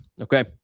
Okay